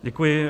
Děkuji.